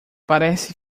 parece